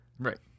Right